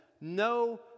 no